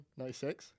96